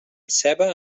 ceba